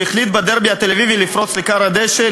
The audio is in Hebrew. שהחליט בדרבי התל-אביבי לפרוץ לכר הדשא,